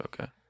Okay